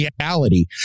reality